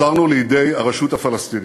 מסרנו לידי הרשות הפלסטינית.